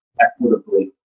equitably